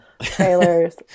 trailers